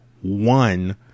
one